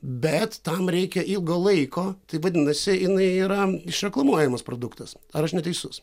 bet tam reikia ilgo laiko tai vadinasi jinai yra išreklamuojamas produktas ar aš neteisus